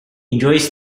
enjoys